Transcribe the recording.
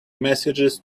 messages